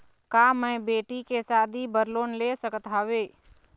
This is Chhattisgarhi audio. का मैं बेटी के शादी बर लोन ले सकत हावे?